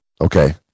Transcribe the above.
okay